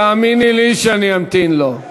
תאמיני לי שאני אמתין לו.